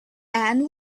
and